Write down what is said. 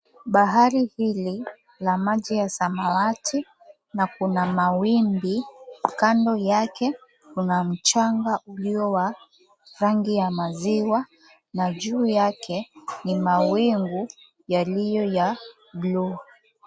Bahari hili la maji ya samawati na kuna mawimbi. Kando yake kuna mchanga uliyo wa rangi ya maziwa na juu yake ni mawingu yaliyo ya buluu.